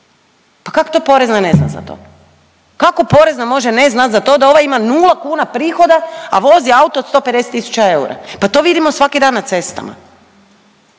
Pa kak to Porezna ne zna za to, kako Porezna može ne znat za to da ovaj ima nula kuna prihoda, a vozi auto od 150 tisuća eura? Pa to vidimo svaki dan na cestama.